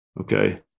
Okay